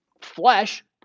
flesh